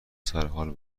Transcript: سرحال